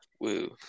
Woo